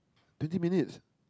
twenty minutes